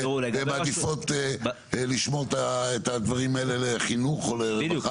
והן מעדיפות לשמור את הדברים האלה לחינוך או לרווחה,